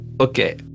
Okay